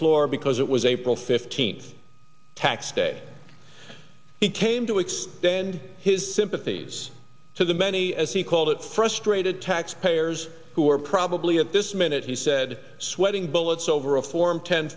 floor because it was april fifteenth tax day he came to expand his sympathies to the many as he called it frustrated taxpayers who are probably at this minute he said sweating bullets over a form ten